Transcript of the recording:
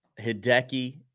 Hideki